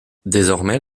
désormais